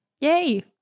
Yay